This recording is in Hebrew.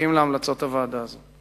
מחכים להמלצות הוועדה הזאת.